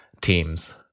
teams